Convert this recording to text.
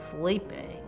sleeping